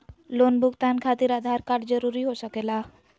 Loan भुगतान खातिर Aadhaar card जरूरी हो सके ला?